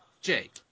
jake